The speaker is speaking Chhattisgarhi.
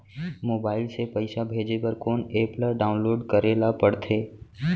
मोबाइल से पइसा भेजे बर कोन एप ल डाऊनलोड करे ला पड़थे?